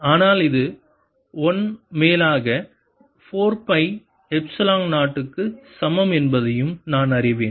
ஆனால் இது 1 மேலாக 4 பை எப்சிலன் 0 க்கு சமம் என்பதையும் நான் அறிவேன்